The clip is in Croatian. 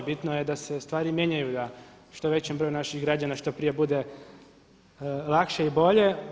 Bitno je da se stvari mijenjaju i da što većem broju naših građana što prije bude lakše i bolje.